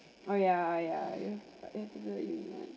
oh ya ya ya you you have to go uni